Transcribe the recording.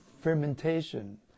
fermentation